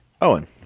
Owen